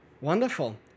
Wonderful